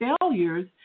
failures